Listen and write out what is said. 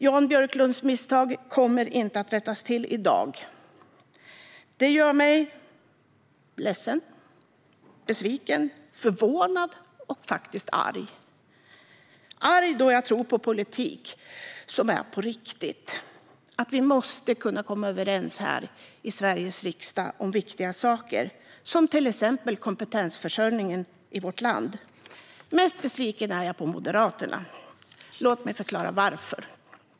Jan Björklunds misstag kommer inte att rättas till i dag. Det gör mig ledsen, besviken, förvånad och faktiskt också arg. Jag blir arg, för jag tror på politik som är på riktigt. Vi måste kunna komma överens om viktiga saker här i Sveriges riksdag, till exempel om kompetensförsörjningen i vårt land. Mest besviken är jag på Moderaterna. Låt mig förklara varför.